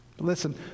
Listen